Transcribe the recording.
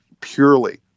purely